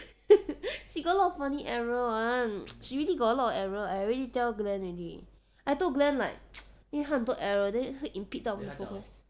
she got a lot of funny error [one] she really got a lot of error I already tell glen already I told glen like 因为他很多 error then 他 impede 到我的 progress